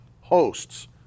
hosts